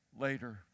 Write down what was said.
later